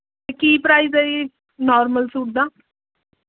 ਅਤੇ ਕੀ ਪਰਾਇਜ਼ ਹੈ ਜੀ ਨੌਰਮਲ ਸੂਟ ਦਾ